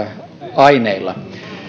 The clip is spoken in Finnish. aineilla